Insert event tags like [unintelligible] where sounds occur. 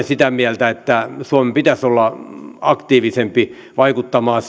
[unintelligible] sitä mieltä että suomen pitäisi olla aktiivisempi vaikuttamaan [unintelligible]